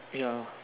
ya